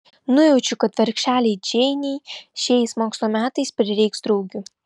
nujaučiu kad vargšelei džeinei šiais mokslo metais prireiks draugių